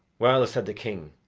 well, said the king,